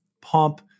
pump